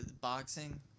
boxing